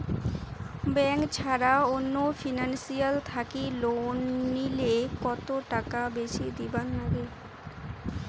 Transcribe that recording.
Bank ছাড়া অন্য financial থাকি লোন নিলে কতটাকা বেশি দিবার নাগে?